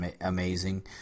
amazing